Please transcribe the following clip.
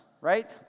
right